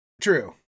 true